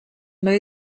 more